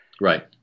Right